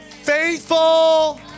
Faithful